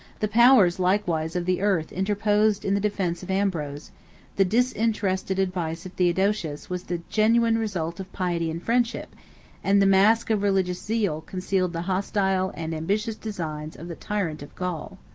the powers likewise of the earth interposed in the defence of ambrose the disinterested advice of theodosius was the genuine result of piety and friendship and the mask of religious zeal concealed the hostile and ambitious designs of the tyrant of gaul.